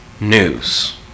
news